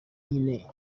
nyine